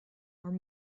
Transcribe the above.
are